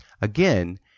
Again